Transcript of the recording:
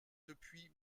depuis